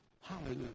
Hallelujah